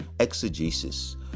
exegesis